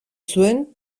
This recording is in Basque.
zuen